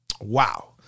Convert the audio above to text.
Wow